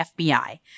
FBI